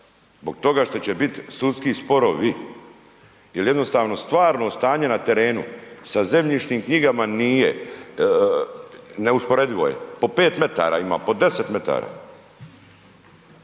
zbog toga što će biti sudski sporovi, jer jednostavno stvarno stanje na terenu sa zemljišnim knjigama nije, neusporedivo je, po pet metara ima, po deset metara.